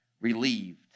relieved